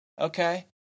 okay